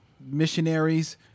missionaries